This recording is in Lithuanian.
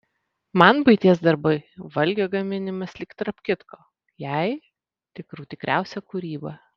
man buities darbai valgio gaminimas lyg tarp kitko jai tikrų tikriausia kūryba